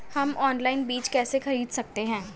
हम ऑनलाइन बीज कैसे खरीद सकते हैं?